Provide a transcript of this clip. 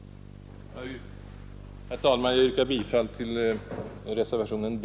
Herr talman! Jag yrkar bifall till reservationen D.